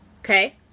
okay